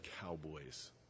cowboys